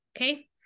Okay